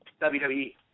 WWE